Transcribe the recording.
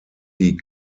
die